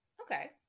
okay